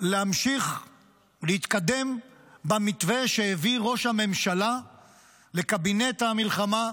להמשיך להתקדם במתווה שהביא ראש הממשלה לקבינט המלחמה,